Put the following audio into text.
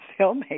filmmaker